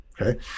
okay